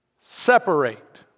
separate